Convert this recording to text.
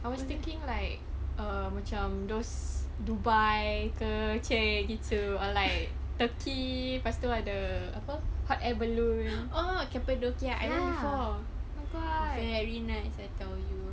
I was thinking like err macam those dubai ke or like turkey lepas tu ada apa hot air balloon ya oh my god